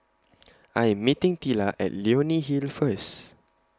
I Am meeting Tilla At Leonie Hill First